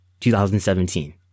2017